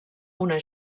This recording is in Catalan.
una